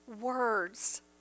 words